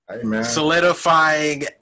solidifying